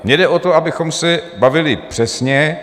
Mně jde o to, abychom se bavili přesně.